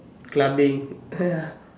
clubbing !aiya!